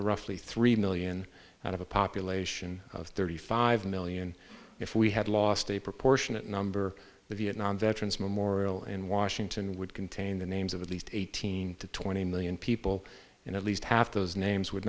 roughly three million out of a population of thirty five million if we had lost a proportionate number the vietnam veterans memorial in washington would contain the names of at least eighteen to twenty million people and at least half those names would